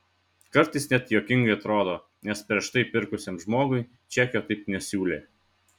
kartais net juokingai atrodo nes prieš tai pirkusiam žmogui čekio taip nesiūlė